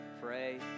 pray